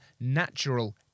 natural